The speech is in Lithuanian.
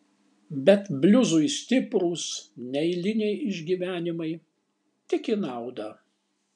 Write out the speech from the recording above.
bet bliuzui stiprūs neeiliniai išgyvenimai tik į naudą